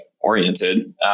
oriented